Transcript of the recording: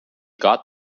got